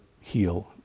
heal